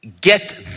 get